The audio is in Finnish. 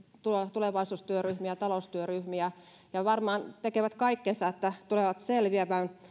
tulevaisuustyöryhmiä ja taloustyöryhmiä ja varmaan tekevät kaikkensa että tulevat selviämään